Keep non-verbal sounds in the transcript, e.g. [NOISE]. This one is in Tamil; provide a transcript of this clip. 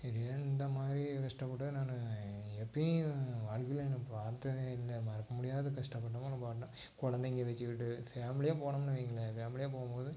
இதுவே இந்த மாதிரி கஷ்டப்பட்டது நான் எப்போயும் இது வாழ்க்கையில எனக்கு பார்த்ததே இல்லை மறக்க முடியாத கஷ்டம் [UNINTELLIGIBLE] கொழந்தைகள வெச்சுக்சுட்டு ஃபேமிலியாக போனோமுன்னு வைங்களேன் ஃபேமிலியாக போகும் போது